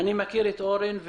בבקשה אורן.